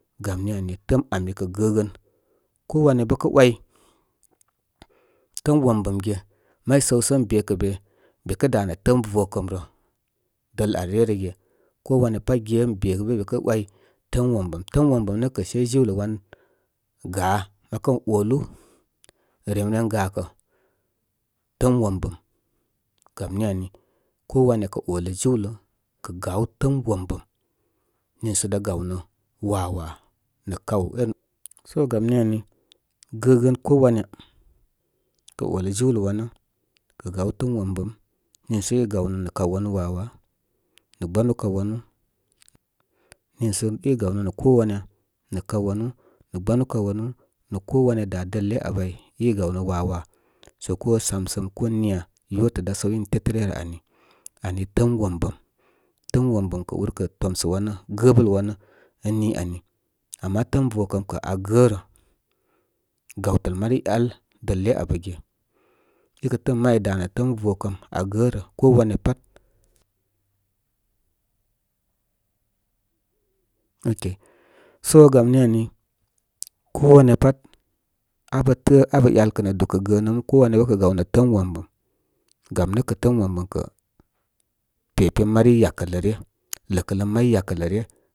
Gam ni ani, təəm ami kə gəgən ko wanya bə kə ‘way təəm wombəm ge. May səw sə ən be kə be, be danə təəm vokəm rə, dəl ál ryə rə ge. Ko waya pat ge ən be bə be kə ‘way təəm wom bəm. Təəm wom bəm nə kə se jiwlə wan ga. Mə kən olu rem ren ga kə təəm wombəm. Gam ni ani, ko wanya kə olə jiwlə kə gaw təəm wombəm niisə dá gawnə wawa nə kaw énu. So gam ni am gəgən ko waya, kə olə jiwlə wanə kə gaw təəm wombəm niisə i gaw nə nə kaw wanu wawa nə gbanu kaw wanu, niisə i gaw nə nə ko wanyai nə kaw wamu nə gbanu kaw wanu nə ko wanya dá dəle abə áy, i gawi gaw nə wawa sə ko samsəm, ko niya, yotə dá səw in tetə ryə rə ari. Ani təəm wom bəm, təəm wombəm kə úr kə kə tomsə wanə, gəbəl wanə ən ni ani. Ama təəm vokəm kə, aa gə rə. Gawtəl mari ál dəle abə ge. Ikə təə ən may dá nə təəm vokəm aa gərə ko wanya pat. so gam ni ani ko wanya pat, abə təə abə ‘yalkə nə dúkə gəə nə, ko wamya, bə kə gaw nə təəm wombəm. Gam nə kə təəm wombəm kə pepen mari yakəl lə ryə, ləkə lən mari yakələ iyə.